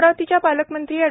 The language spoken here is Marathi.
अमरावतीच्या पालकमंत्री ऍड